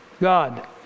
God